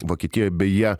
vokietijoj beje